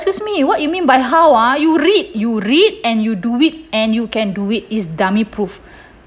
excuse me what you mean by how ah you read you read and you do it and you can do it is dummy proof